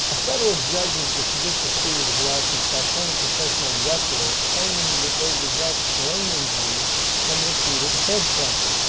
a federal judge has dismissed a series of lawsuits by former professional wrestlers claiming that they developed brain injuries from repeated head trauma.